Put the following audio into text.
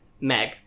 Meg